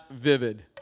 vivid